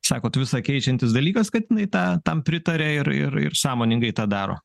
sakot visa keičiantis dalykas kad jinai tą tam pritaria ir ir ir sąmoningai tą daro